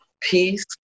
Peace